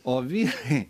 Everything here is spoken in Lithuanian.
o vyrai